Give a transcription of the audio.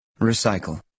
Recycle